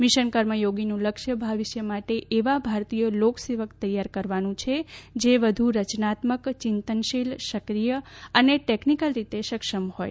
mission કર્મયોગીનું લક્ષ્ય ભવિષ્ય માટે એવા ભારતીય લોકસેવક તૈયાર કરવાનું છે જે વધુ રચનાત્મક ચિંતનશીલ સક્રિય અને ટેકનીક્લ રીતે સક્ષમ હોથ